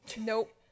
Nope